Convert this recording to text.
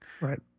right